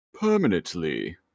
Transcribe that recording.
Permanently